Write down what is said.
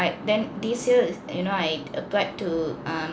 then this year you know I applied to err